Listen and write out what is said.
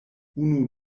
unu